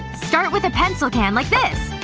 start with a pencil can like this.